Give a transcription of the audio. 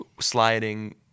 sliding